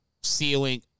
ceiling